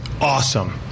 awesome